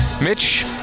Mitch